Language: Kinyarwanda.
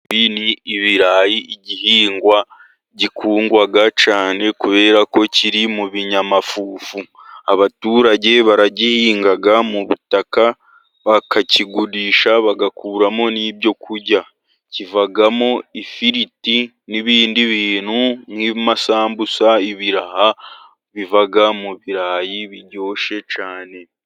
Ibi ni ibirayi, igihingwa gikundwa cyane kubera ko kiri mu binyamafufu. Abaturage baragihinga mu butaka bakakigurisha. Bagakuramo n'ibyo kurya. Kivamo ifiriti, n'ibindi bintu nk'amasambusa, ibiraha biva mu birayi biryoshye cyane.